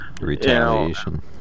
retaliation